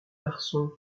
garçon